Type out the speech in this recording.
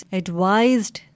advised